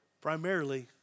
primarily